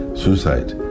suicide